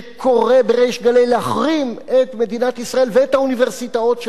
שקורא בריש גלי להחרים את מדינת ישראל ואת האוניברסיטאות שלה,